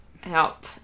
help